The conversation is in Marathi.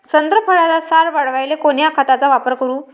संत्रा फळाचा सार वाढवायले कोन्या खताचा वापर करू?